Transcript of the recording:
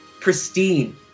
pristine